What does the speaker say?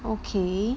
okay